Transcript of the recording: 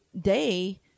day